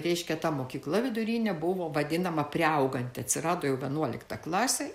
reiškia ta mokykla vidurinė buvo vadinama priauganti atsirado jau vienuolikta klasė